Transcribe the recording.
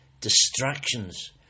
distractions